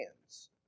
hands